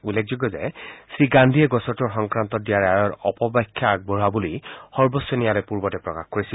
উল্লেখযোগ্য যে শ্ৰীগান্ধীয়ে গোচৰটোৰ সংক্ৰান্তত দিয়া ৰায়ৰ অপব্যাখ্যা আগবঢ়াইছে বুলি সৰ্বোচ্চ ন্যায়ালয়ে পূৰ্বতে প্ৰকাশ কৰিছিল